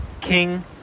king